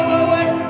away